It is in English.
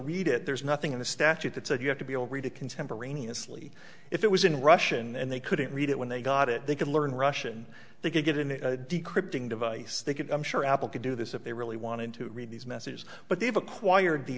read it there's nothing in the statute that said you have to be able read it contemporaneously if it was in russian and they couldn't read it when they got it they could learn russian they could get in a decrypting device they could i'm sure apple could do this if they really wanted to read these messages but they've acquired the